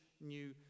new